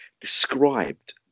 described